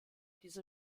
diese